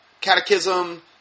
catechism